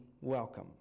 welcome